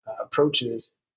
approaches